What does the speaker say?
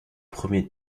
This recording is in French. premier